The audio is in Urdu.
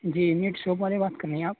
جی میٹ شاپ والے بات کر رہے ہیں آپ